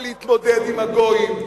להתמודד עם הגויים,